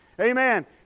Amen